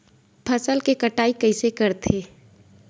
फसल के कटाई कइसे करथे?